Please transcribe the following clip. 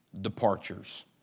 departures